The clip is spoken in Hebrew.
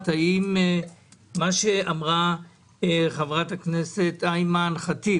האם מה שאמרה חברת הכנסת אימאן ח'טיב